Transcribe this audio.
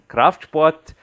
Kraftsport